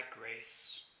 grace